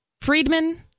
friedman